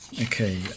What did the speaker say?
okay